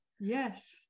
Yes